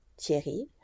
Thierry